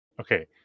Okay